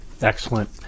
Excellent